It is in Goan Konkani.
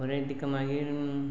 बरें तिका मागीर